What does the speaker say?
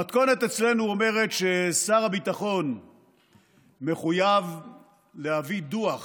המתכונת אצלנו אומרת ששר הביטחון מחויב להביא דוח